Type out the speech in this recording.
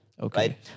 Okay